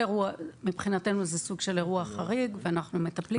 מבחינתנו כל אירוע זה אירוע חריג ואנחנו מטפלים.